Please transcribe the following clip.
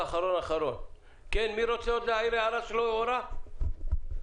יש פתגם בערבית: אף כלה לא בורחת מבית חמותה אם טוב לה.